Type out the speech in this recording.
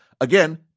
Again